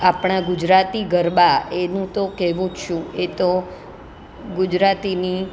આપણા ગુજરાતી ગરબા એનું તો કહેવું જ શું એ તો ગુજરાતીની